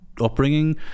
Upbringing